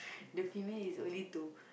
the female is only to